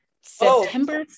September